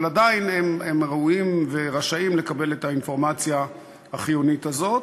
אבל עדיין הם ראויים ורשאים לקבל את האינפורמציה החיונית הזאת.